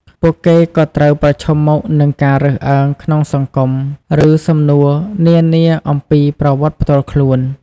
ពួកគេក៏ត្រូវប្រឈមមុខនឹងការរើសអើងក្នុងសង្គម ឬសំណួរនានាអំពីប្រវត្តិផ្ទាល់ខ្លួន។